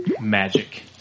Magic